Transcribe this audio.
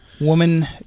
woman